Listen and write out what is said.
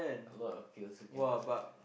a lot of kids also can lah